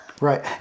right